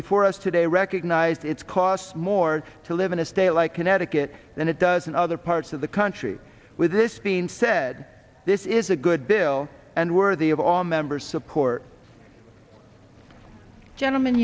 before us today recognized its costs more to live in a state like connecticut and it does in other parts of the country with this being said this is a good bill and worthy of all members support gentlem